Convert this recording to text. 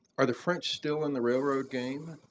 are the french still in the railroad game?